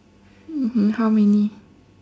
mmhmm how many